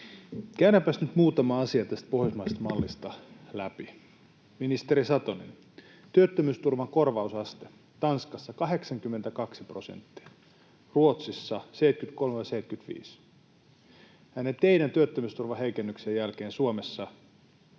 Käydäänpäs nyt muutama asia tästä pohjoismaisesta mallista läpi. Ministeri Satonen, työttömyysturvan korvausaste: Tanskassa 82 prosenttia, Ruotsissa 73—75, ja teidän työttömyysturvan heikennyksenne jälkeen Suomessa